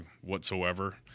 whatsoever